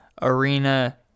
Arena